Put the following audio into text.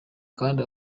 kandi